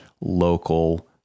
local